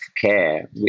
care